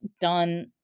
done